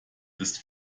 ist